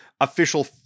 official